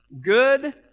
Good